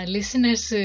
Listener's